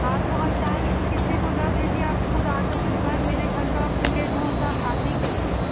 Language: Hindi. हाँ तो हम चाहेंगे कि किसी को ना भेजिए आप ख़ुद आ करके स्वयं मेरे घर का पुरे रूम का आप ही करिए